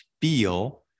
feel